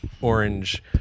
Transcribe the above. orange